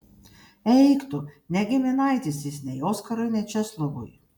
eik tu ne giminaitis jis nei oskarui nei česlovui